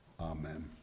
Amen